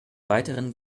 weiteren